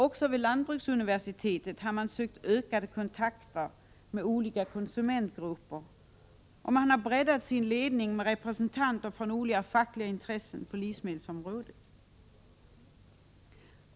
Också vid lantbruksuniversitetet har man sökt ökade kontakter med olika konsumentgrupper och breddat ledningen med representanter för olika fackliga intressen på livsmedelsområdet.